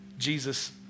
Jesus